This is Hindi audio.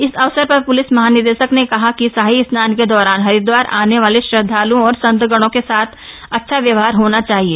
इस अवसर पर प्लिस महानिदेशक ने कहा कि शाही स्नान के दौरान हरिदवार आने वाले श्रद्धालूओं और संतगणों के साथ अच्छा व्यवहार होना चाहिए